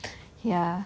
ya